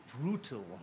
brutal